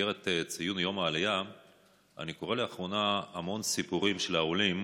במסגרת ציון יום העלייה אני קורא לאחרונה המון סיפורים של עולים,